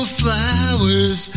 flowers